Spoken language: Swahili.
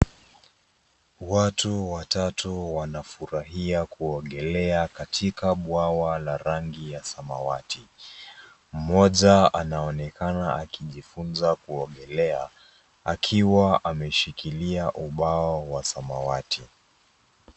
Watu watatu wanafurahia kuogelea katika bwawa la rangi ya samawati. Mmoja anaonekana akijifunza kuogelea akiwa ameshikilia ubao wa samawati.